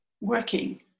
working